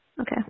Okay